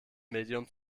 medium